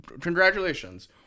congratulations